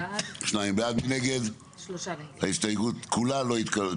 הצבעה בעד 2 נגד 3 ההסתייגויות לא התקבלו.